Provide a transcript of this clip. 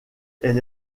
elle